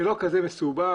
זה לא כזה מסובך.